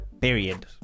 period